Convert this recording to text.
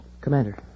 Commander